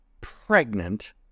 pregnant